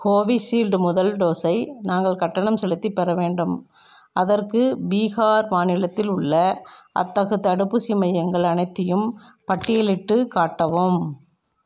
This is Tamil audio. கோவிஷீல்டு முதல் டோஸை நாங்கள் கட்டணம் செலுத்திப் பெற வேண்டும் அதற்கு பீகார் மாநிலத்தில் உள்ள அத்தகு தடுப்பூசி மையங்கள் அனைத்தையும் பட்டியலிட்டுக் காட்டவும்